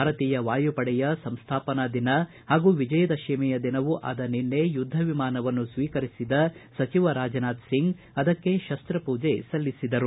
ಭಾರತೀಯ ವಾಯು ಪಡೆಯ ಸಂಸ್ಥಾಪನಾ ದಿನ ಹಾಗೂ ವಿಜಯ ದಶಮಿಯ ದಿನವೂ ಆದ ನಿನ್ನೆ ಯುದ್ಧ ವಿಮಾನವನ್ನು ಸ್ವೀಕರಿಸಿದ ಸಚಿವ ರಾಜನಾಥ್ ಸಿಂಗ್ ಅದಕ್ಕೆ ಶಸ್ತ ಪೂಜೆ ಸಲ್ಲಿಸಿದರು